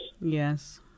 Yes